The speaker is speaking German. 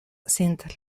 sind